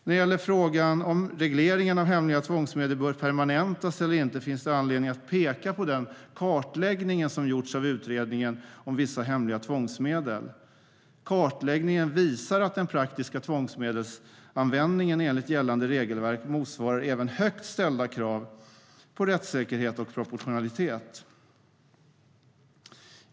När det gäller frågan om regleringen av hemliga tvångsmedel bör permanentas eller inte finns det anledning att peka på den kartläggning som gjorts av Utredningen om vissa hemliga tvångsmedel. Kartläggningen visar att den praktiska tvångsmedelsanvändningen enligt gällande regelverk motsvarar även högt ställda krav på rättssäkerhet och proportionalitet.